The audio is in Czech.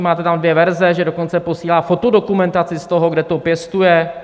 Máte tam dvě verze že dokonce posílá fotodokumentaci z toho, kde to pěstuje.